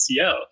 SEO